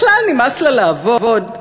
בכלל נמאס לה לעבוד,